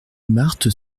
marthe